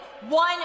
one